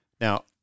Now